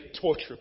torture